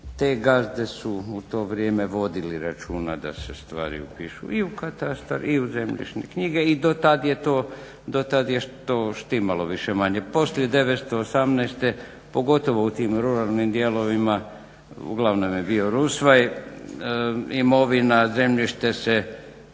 Te gazde su u to vrijeme vodili računa da se stvari upišu i u katastar i u zemljišne knjige i dotad je to štimalo više-manje. Poslije 918. pogotovo u tim ruralnim dijelovima uglavnom je bio rusvaj. Imovina, zemljište se